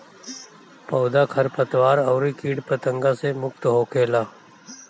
पौधा खरपतवार अउरी किट पतंगा से मुक्त होखेला